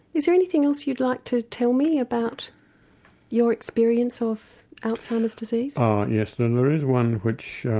is there anything else you'd like to tell me about your experience of alzheimer's disease? oh yes, and and there is one which